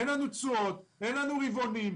אין תשואות, אין רבעונים.